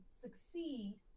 succeed